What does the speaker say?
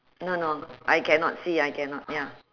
no no I cannot see I cannot ya